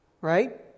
right